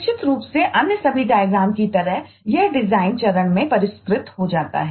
निश्चित रूप से अन्य सभी डायग्राम चरण में परिष्कृत हो जाता है